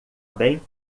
bem